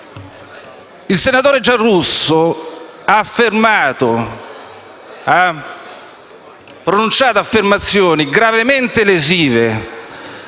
Il senatore Giarrusso ha reso affermazioni gravemente lesive